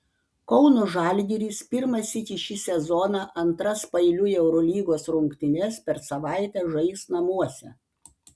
kauno žalgiris pirmą sykį šį sezoną antras paeiliui eurolygos rungtynes per savaitę žais namuose